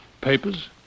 Papers